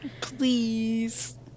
Please